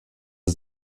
ist